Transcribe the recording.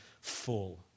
full